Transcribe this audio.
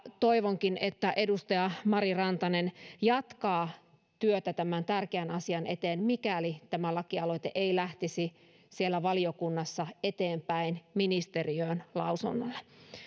toivonkin että edustaja mari rantanen jatkaa työtä tämän tärkeän asian eteen mikäli tämä lakialoite ei lähtisi siellä valiokunnassa eteenpäin ministeriöön lausunnolle